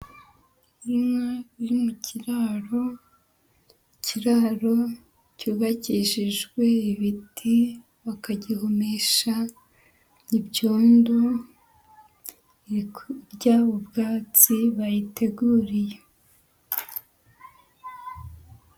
Inka iri mu kiraro, ikiraro cyubakishijwe ibiti, bakagihomesha ibyondo, iri kurya ubwatsi bayiteguriye.